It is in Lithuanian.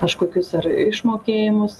kažkokius ar išmokėjimus